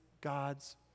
God's